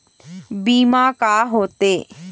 बीमा का होते?